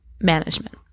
management